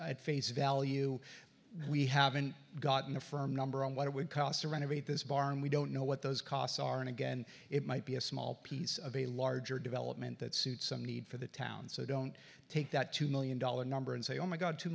at face value we haven't gotten a firm number on what it would cost to renovate this bar and we don't know what those costs are and again it might be a small piece of a larger development that suits some need for the town so don't take that two million dollar number and say oh my god two